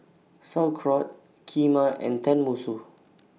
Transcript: Sauerkraut Kheema and Tenmusu